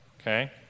Okay